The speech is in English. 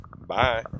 Bye